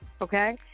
okay